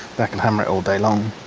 but can hammer it all day long.